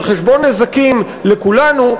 על-חשבון נזקים לכולנו,